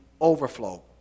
overflow